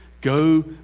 Go